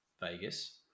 Vegas